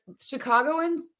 Chicagoans